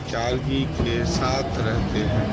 چارگی کے ساتھ رہتے ہیں